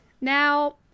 Now